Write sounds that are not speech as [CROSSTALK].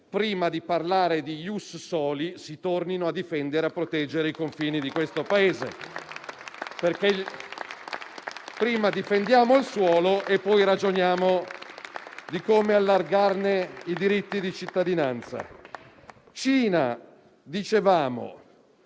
prima di parlare di *ius soli*, si tornino a difendere e a proteggere i confini di questo Paese, perché prima difendiamo il suolo e poi ragioniamo di come allargarne i diritti di cittadinanza. [APPLAUSE]